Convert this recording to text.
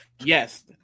yes